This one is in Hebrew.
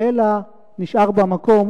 אלא נשאר במקום,